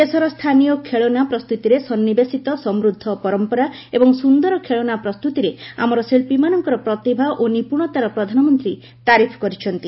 ଦେଶର ସ୍ଥାନୀୟ ଖେଳନା ପ୍ରସ୍ତୁତିରେ ସନ୍ନିବେଶିତ ସମୃଦ୍ଧ ପରମ୍ପରା ଏବଂ ସୁନ୍ଦର ଖେଳନା ପ୍ରସ୍ତୁତିରେ ଆମର ଶିଳ୍ପୀମାନଙ୍କର ପ୍ରତିଭା ଓ ନିପୁଶତାର ପ୍ରଧାନମନ୍ତ୍ରୀ ତାରିଫ କରିଛନ୍ତି